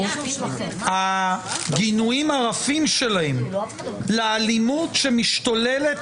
הגינויים הרפים שלהם לאלימות שמשתוללת